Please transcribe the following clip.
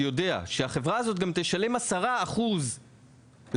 יודע שהחברה הזו גם תשלם 10% למתווך,